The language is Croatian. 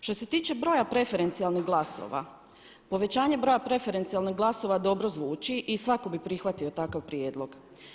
Što se tiče broja preferencijalnih glasova, povećanje broja preferencijalnih glasova dobro zvuči i svatko bi prihvatio takav prijedlog.